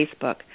Facebook